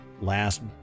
last